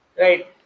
Right